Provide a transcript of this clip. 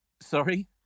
Sorry